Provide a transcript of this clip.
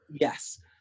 yes